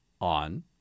on